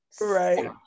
right